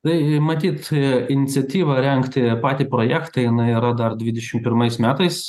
tai matyt iniciatyvą rengti patį projektą jinai yra dar dvidešim pirmais metais